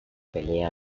pelea